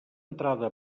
entrada